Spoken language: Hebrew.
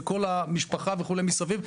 המשפחה וכו' מסביב,